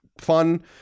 fun